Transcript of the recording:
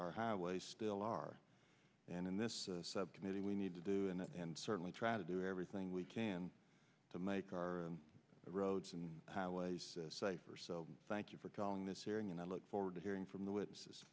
our highways still are and in this subcommittee we need to do and certainly try to do everything we can to make our roads and highways safer so thank you for calling this hearing and i look forward to hearing from the witnesses